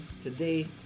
today